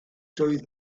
doedd